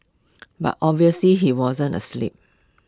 but obviously he wasn't asleep